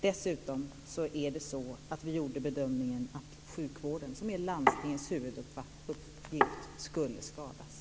Dessutom är det så att vi gjorde bedömningen att sjukvården, som är landstingets huvuduppgift, skulle skadas.